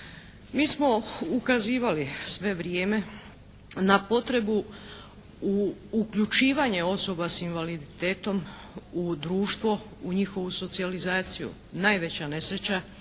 Mi smo ukazivali sve vrijeme na potrebu uključivanja osoba s invaliditetom u društvo, u njihovu socijalizaciju. Najveća nesreća